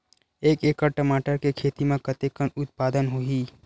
एक एकड़ टमाटर के खेती म कतेकन उत्पादन होही?